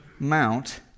Mount